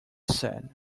said